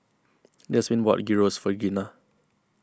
Jasmin bought Gyros for Gina